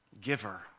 giver